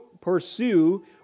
pursue